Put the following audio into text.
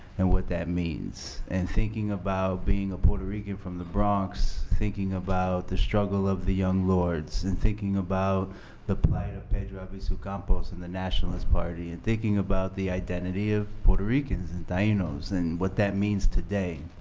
and what that means. and thinking about being a puerto rican from the bronx, thinking about the struggle of the young lords, and thinking about the plight of pedro albizu campos and the nationalist party, and thinking about the identity of puerto rican and tainos, and what that means today.